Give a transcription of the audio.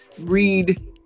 read